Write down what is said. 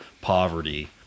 poverty